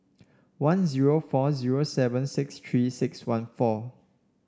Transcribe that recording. one zero four zero seven six Three six one four